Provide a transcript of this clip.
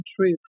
trip